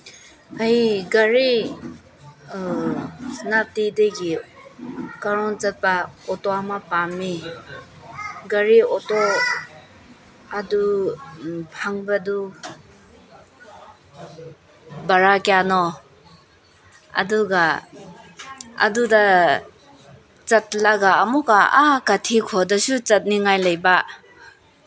ꯑꯩ ꯒꯥꯔꯤ ꯁꯦꯅꯥꯄꯇꯤꯗꯒꯤ ꯀꯥꯔꯣꯡ ꯆꯠꯄ ꯑꯣꯇꯣ ꯑꯃ ꯄꯥꯝꯃꯤ ꯒꯥꯔꯤ ꯑꯣꯇꯣ ꯑꯗꯨ ꯐꯪꯕꯗꯨ ꯚꯔꯥ ꯀꯌꯥꯅꯣ ꯑꯗꯨꯒ ꯑꯗꯨꯗ ꯆꯠꯂꯒ ꯑꯃꯨꯛꯀ ꯑꯥ ꯀꯥꯊꯤꯈꯣꯗꯁꯨ ꯆꯠꯅꯤꯉꯥꯏ ꯂꯩꯕ